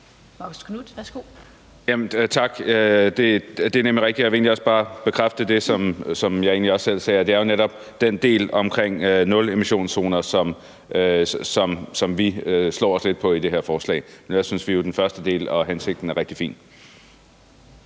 Tak. Det er nemlig rigtigt, og jeg vil egentlig også bare bekræfte det, som jeg også selv sagde, altså at det jo netop er den del omkring nulemissionszoner, som vi slår os lidt på i det her forslag. Men ellers synes vi jo, at den første del og hensigten er rigtig fin.